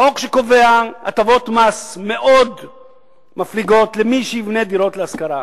חוק שקובע הטבות מס מפליגות מאוד למי שיבנה דירות להשכרה.